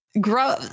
Grow